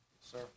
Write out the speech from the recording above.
sir